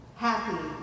Happy